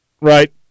Right